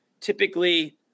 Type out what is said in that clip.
typically